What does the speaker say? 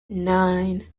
nine